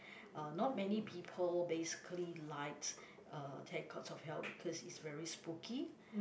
uh not many people basically liked uh ten courts of hell because it's very spooky